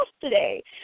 today